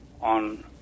on